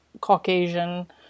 Caucasian